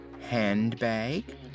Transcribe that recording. handbag